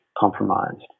Compromised